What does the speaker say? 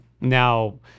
Now